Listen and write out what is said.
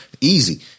Easy